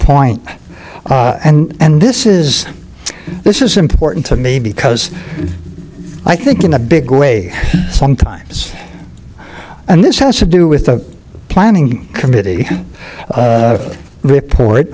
point and this is this is important to me because i think in a big way sometimes and this has to do with the planning committee report